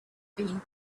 been